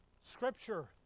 scripture